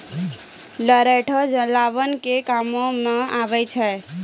लरैठो जलावन के कामो मे आबै छै